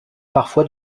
parfois